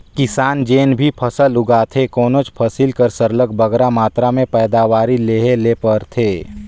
किसान जेन भी फसल उगाथे कोनोच फसिल कर सरलग बगरा मातरा में पएदावारी लेहे ले रहथे